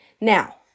Now